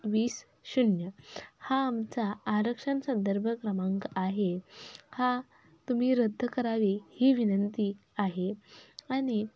वीस शून्य हा आमचा आरक्षण संदर्भ क्रमांक आहे हा तुम्ही रद्द करावी ही विनंती आहे आणि